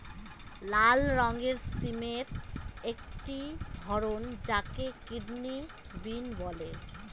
লাল রঙের সিমের একটি ধরন যাকে কিডনি বিন বলে